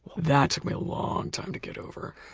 that took me a long time to get over.